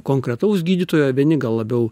konkretaus gydytojo vieni gal labiau